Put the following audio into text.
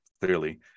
Clearly